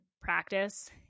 practice